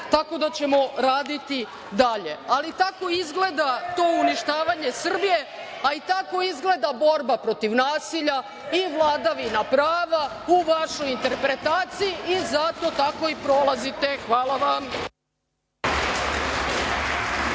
tako da ćemo raditi dalje. Tako izgleda to uništavanje Srbije, a i tako izgleda borba protiv nasilja i vladavina prava u vašoj interpretaciji i zato tako i prolazite. Hvala vam.